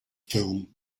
film